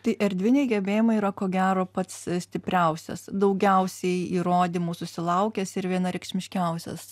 tai erdviniai gebėjimai yra ko gero pats stipriausias daugiausiai įrodymų susilaukęs ir vienareikšmiškiausias